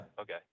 Okay